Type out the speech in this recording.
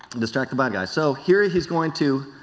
distract the bad guys. so here he is going to,